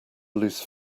loose